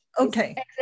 okay